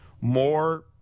more